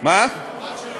הבת שלי.